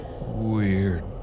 weird